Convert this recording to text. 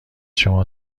شما